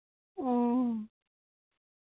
ᱚᱻ